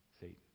Satan